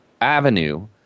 avenue